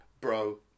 bro